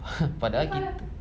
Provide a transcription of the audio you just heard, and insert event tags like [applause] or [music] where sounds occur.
[laughs] pada lagi